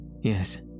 yes